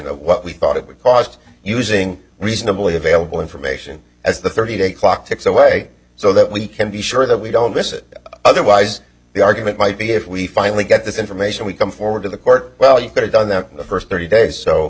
of what we thought it would cost using reasonably available information as the thirty day clock ticks away so that we can be sure that we don't miss it otherwise the argument might be if we finally get this information we come forward to the court well you could have done that in the first thirty days so